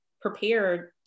prepared